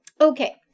Okay